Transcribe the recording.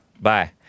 Bye